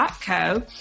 co